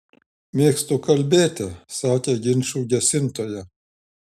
mėgstu kalbėti sakė ginčų gesintoja